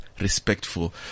respectful